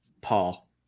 Paul